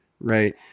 right